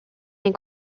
les